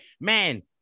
man